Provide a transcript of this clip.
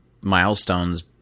milestones